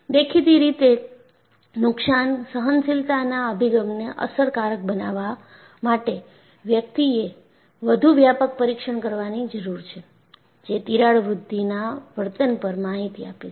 દેખીતી રીતે નુકશાન સહનશીલતાના અભિગમને અસરકારક બનાવવા માટે વ્યક્તિએ વધુ વ્યાપક પરીક્ષણ કરવાની જરૂર છે જે તિરાડ વૃદ્ધિના વર્તન પર માહિતી આપે છે